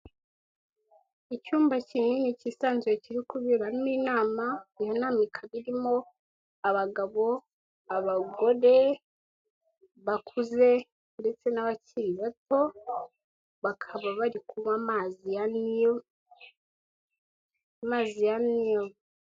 Icyumba kinini kisanzuye kiri kuberamo inama, iyo nama ikaba irimo abagabo, abagore bakuze ndetse n'abakiri bato bakaba bari kunywa amazi ya nile, amazi ya nile.